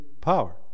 power